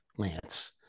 Lance